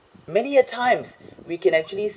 many a times we can actually